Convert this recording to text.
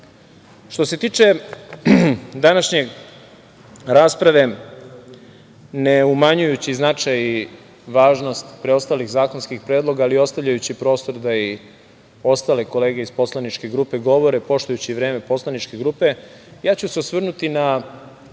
nas. Što se tiče današnje rasprave ne umanjujući značaj i važnost preostalih zakonskih predloga, ali ostavljajući prostor da i ostale kolege iz poslaničke grupe govore poštujući vreme poslaničke grupe, ja ću se osvrnuti na